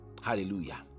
Hallelujah